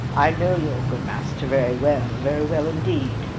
i know your good master very well very well indeed.